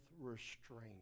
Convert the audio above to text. restraint